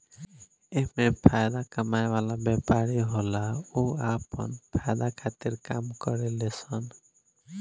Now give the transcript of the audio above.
एमे फायदा कमाए वाला व्यापारी होला उ आपन फायदा खातिर काम करेले सन